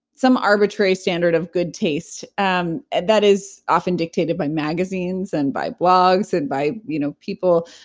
some arbitrary standard of good taste um and that is often dictated by magazines and by blogs and by you know people